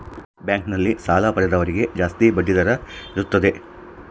bank ನಲ್ಲಿ ಸಾಲ ಪಡೆದವರಿಗೆ ಜಾಸ್ತಿ ಬಡ್ಡಿ ದರ ಇರುತ್ತದೆ